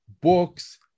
books